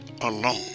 alone